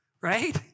right